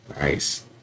Nice